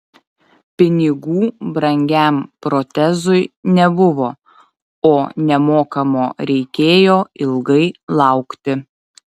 pinigų brangiam protezui nebuvo o nemokamo reikėjo ilgai laukti